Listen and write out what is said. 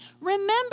Remember